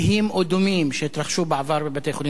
או דומים שהתרחשו בעבר בבתי-חולים בארץ?